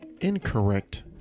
incorrect